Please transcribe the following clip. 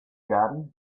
garden